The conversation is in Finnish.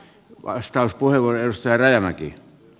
arvoisa puhemies